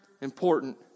important